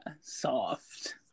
soft